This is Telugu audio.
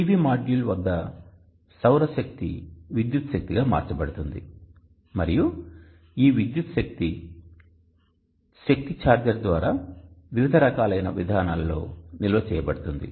PV మాడ్యూల్ వద్ద సౌర శక్తి విద్యుత్ శక్తిగా మార్చబడుతుంది మరియు ఈ విద్యుత్ శక్తి శక్తి ఛార్జర్ ద్వారా వివిధ రకాలైన విధానాలలో నిల్వ చేయబడుతుంది